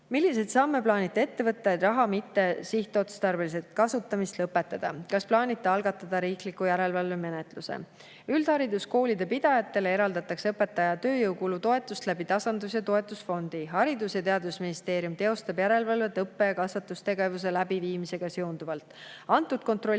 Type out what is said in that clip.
"Milliseid samme plaanite ette võtta, et raha mittesihtotstarbelist kasutamist lõpetada? Kas plaanite algatada riikliku järelevalvemenetluse?" Üldhariduskoolide pidajatele eraldatakse õpetaja tööjõukulutoetust tasandus‑ ja toetusfondist. Haridus‑ ja Teadusministeerium teostab järelevalvet õppe‑ ja kasvatustegevuse läbiviimisega seonduvalt. Kontrolli,